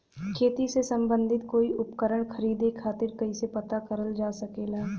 खेती से सम्बन्धित कोई उपकरण खरीदे खातीर कइसे पता करल जा सकेला?